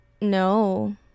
no